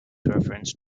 reference